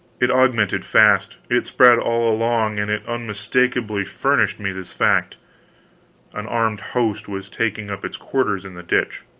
it augmented fast, it spread all along, and it unmistakably furnished me this fact an armed host was taking up its quarters in the ditch.